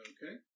Okay